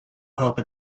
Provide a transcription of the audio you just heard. hope